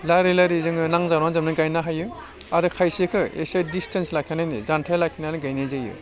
लारि लारि जोङो नांजाब नांजाबनाय गायनो हायो आरो खायसेखौ एसे डिसटेन्स लाखिनाङो जानथाय लाखिनानै गायनाय जायो